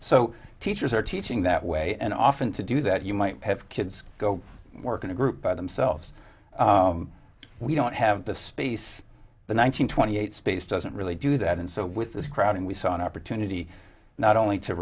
so teachers are teaching that way and often to do that you might have kids go work in a group by themselves we don't have the space the nine hundred twenty eight space doesn't really do that and so with this crowding we saw an opportunity not only to